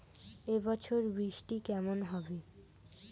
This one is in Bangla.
এবছর বৃষ্টি কেমন হবে?